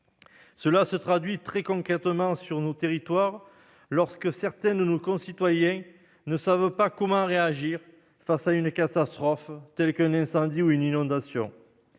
Cela se manifeste très concrètement sur nos territoires lorsque certains de nos concitoyens ne savent pas comment réagir face à une catastrophe telle qu'un incendie ou une inondation.